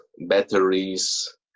batteries